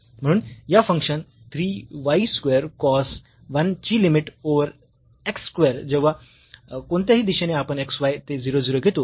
म्हणून या function 3 y square cos 1 ची लिमिट ओव्हर x स्क्वेअर जेव्हा कोणत्याही दिशेने आपण xy ते 0 0 घेतो